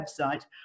website